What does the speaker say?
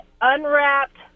unwrapped